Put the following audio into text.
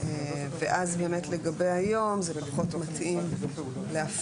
ואז באמת לגבי היום זה פחות מתאים להפנות,